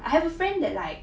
I have a friend that like